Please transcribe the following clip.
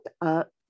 up